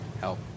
help